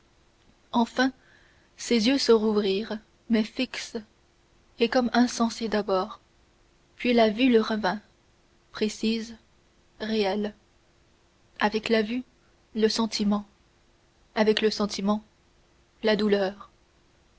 enfin ses yeux se rouvrirent mais fixes et comme insensés d'abord puis la vue lui revint précise réelle avec la vue le sentiment avec le sentiment la douleur